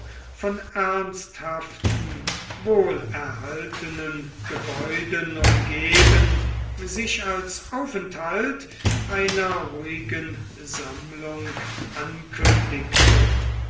von ernsthaften wohlerhaltenen gebäuden umgeben sich als aufenthalt einer ruhigen sammlung ankündigte